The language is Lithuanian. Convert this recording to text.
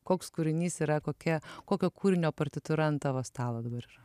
koks kūrinys yra kokia kokio kūrinio partitūra ant tavo stalo dabar yra